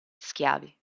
schiavi